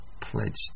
pledged